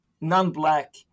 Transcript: non-black